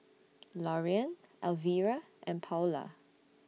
Lorean Alvira and Paola